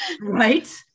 right